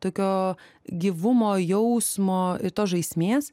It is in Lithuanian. tokio gyvumo jausmo tos žaismės